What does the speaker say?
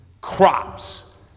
crops